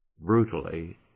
brutally